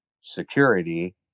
security